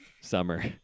summer